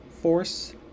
force